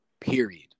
period